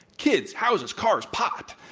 kids, houses, cars, pot.